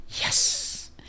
yes